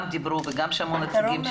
שמעו שם גם נציגים.